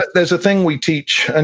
there's a thing we teach. and